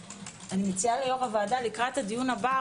אציע ליו"ר הוועדה לקראת הדיון הבא,